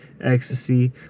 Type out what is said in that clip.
ecstasy